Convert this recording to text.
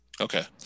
Okay